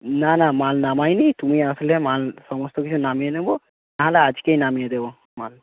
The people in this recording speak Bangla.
না না মাল নামাইনি তুমি আসলে মাল সমস্ত কিছু নামিয়ে নেব না হলে আজকেই নামিয়ে দেবো মাল